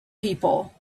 people